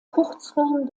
kurzform